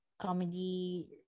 comedy